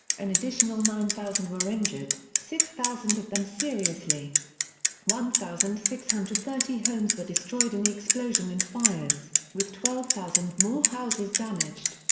an additional nine thousand were injured, six thousand of them seriously one thousand six hundred and thirty homes were destroyed in the explosion and fires, with twelve thousand more houses damaged.